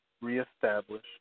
reestablish